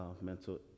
mental